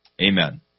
Amen